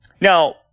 Now